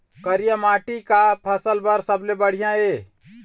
करिया माटी का फसल बर सबले बढ़िया ये?